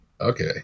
Okay